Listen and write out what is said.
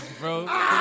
bro